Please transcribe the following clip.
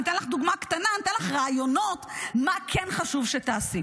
אתן לך רעיונות מה כן חשוב שתעשי.